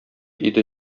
иде